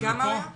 בן כמה הוא היה?